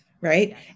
right